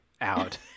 out